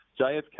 JFK